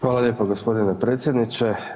Hvala lijepo g. predsjedniče.